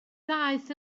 ddaeth